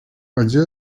acı